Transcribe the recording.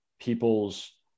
people's